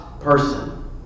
Person